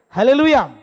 Hallelujah